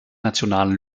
nationalen